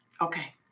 Okay